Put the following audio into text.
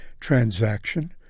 transaction